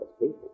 people